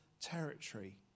territory